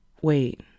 Wait